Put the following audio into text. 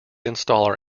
installer